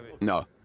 No